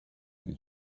and